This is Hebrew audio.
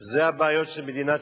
אלה הבעיות של מדינת ישראל?